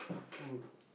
food